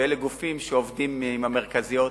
ואלה גופים שעובדים עם המרכזיות